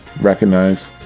recognize